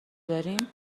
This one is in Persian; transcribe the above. داریم